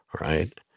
right